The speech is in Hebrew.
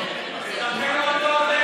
תעלה להתקפה.